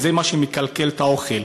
וזה מה שמקלקל את האוכל.